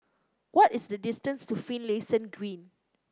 what is the distance to Finlayson Green